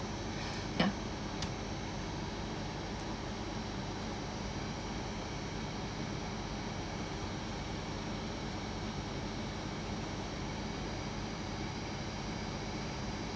ya